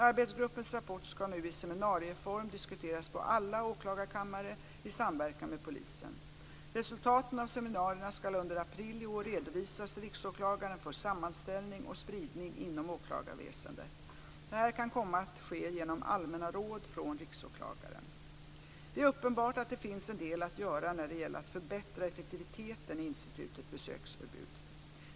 Arbetsgruppens rapport ska nu i seminarieform diskuteras på alla åklagarkammare i samverkan med polisen. Resultaten av seminarierna ska under april i år redovisas till Riksåklagaren för sammanställning och spridning inom åklagarväsendet. Detta kan komma att ske genom allmänna råd från Det är uppenbart att det finns en del att göra när det gäller att förbättra effektiviteten i institutet besöksförbud.